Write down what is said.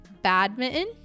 Badminton